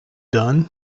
done